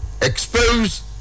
Expose